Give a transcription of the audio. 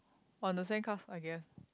on the sand cast I guess